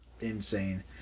Insane